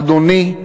אדוני,